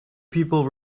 people